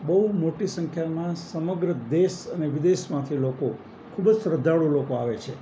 બહુ મોટી સંખ્યામાં સમગ્ર દેશ અને વિદેશમાંથી લોકો ખૂબ જ શ્રદ્ધાળુ લોકો આવે છે